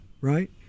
right